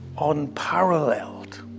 unparalleled